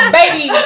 baby